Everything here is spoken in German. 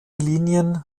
linien